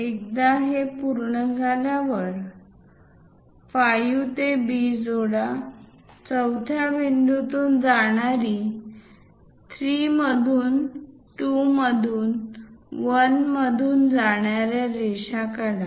एकदा हे पूर्ण झाल्यावर 5 ते B जोडा चौथ्या बिंदूतून जाणारी 3 मधून 2मधून 1मधून जाणाऱ्या रेषा काढा